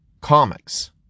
comics